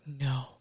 no